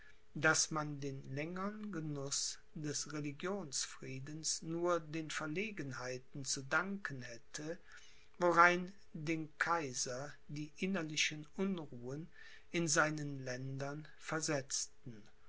daß man den längern genuß des religionsfriedens nur den verlegenheiten zu danken hätte worein den kaiser die innerlichen unruhen in seinen ländern versetzten